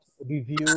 review